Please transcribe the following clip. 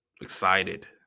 Excited